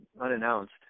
unannounced